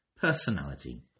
personality